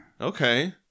Okay